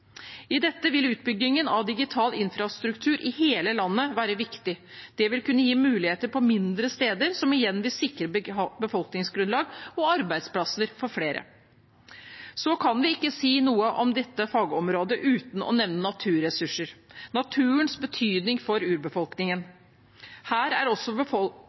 I dette vil utbyggingen av digital infrastruktur i hele landet være viktig. Det vil kunne gi muligheter på mindre steder, som igjen vil sikre et befolkningsgrunnlag og arbeidsplasser for flere. Vi kan ikke si noe om dette fagområdet uten å nevne naturressurser – naturens betydning for urbefolkningen.